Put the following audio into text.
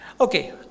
Okay